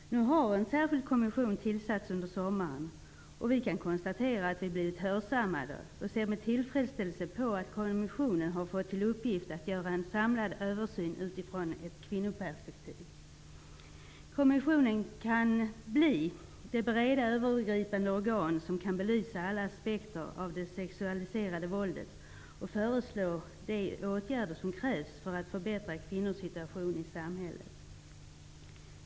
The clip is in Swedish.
Nu har en särskild kommission tillsatts under sommaren. Vi kan konstatera att vi har blivit hörsammade, och vi ser med tillfredsställelse på att kommissionen fått till uppgift att göra en samlad översyn utifrån ett kvinnoperspektiv. Kommissionen kan bli det breda, övergripande organ som kan belysa alla aspekter av det sexualiserade våldet och föreslå de åtgärder som krävs för att förbättra kvinnors situation i samhället.